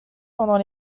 pendant